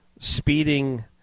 speeding